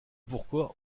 pourquoi